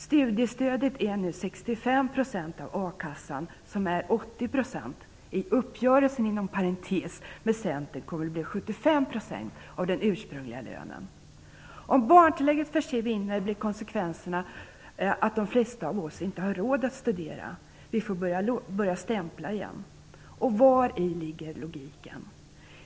Studiestödet är nu 65 % av a-kassan, som är 80 %. Inom parentes vill jag säga att a-kassan, på grund av uppgörelsen med Centern, kommer att bli 75 % av den ursprungliga lönen. Ann skriver vidare: Om barntillägget försvinner blir konsekvensen att de flesta inte har råd att studera. Vi får börja stämpla igen. Var ligger logiken?